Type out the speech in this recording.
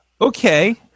Okay